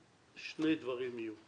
אנחנו לא מחפשים לפגוע בכם כלכלית